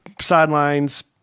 Sidelines